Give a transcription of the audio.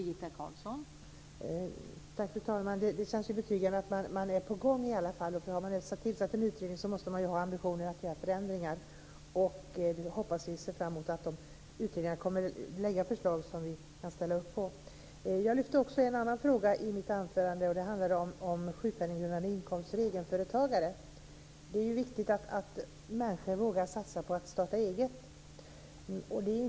Fru talman! Det känns ju betryggande att man är på gång i alla fall. Har man tillsatt en utredning måste man ha ambitionen att genomföra förändringar. Jag ser fram emot att utredningen ska lägga fram förslag som vi kan ställa upp på. Jag tog upp också en annan fråga i mitt anförande, och den handlade om sjukpenninggrundande inkomst för egenföretagare. Det är ju viktigt att människor vågar satsa på att starta eget.